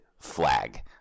flag